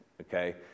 okay